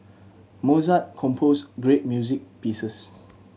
Mozart composed great music pieces